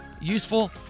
useful